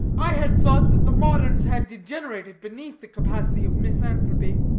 i had thought that the moderns had degenerated beneath the capacity of misanthropy.